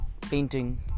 painting